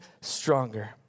stronger